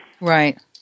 Right